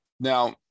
Now